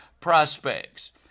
prospects